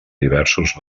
diversos